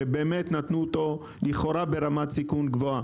שלכאורה נתנו אותו ברמת סיכון גבוהה,